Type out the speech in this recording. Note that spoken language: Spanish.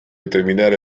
determinar